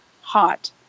hot